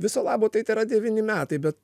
viso labo tai tėra devyni metai bet